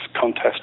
contest